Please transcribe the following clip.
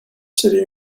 city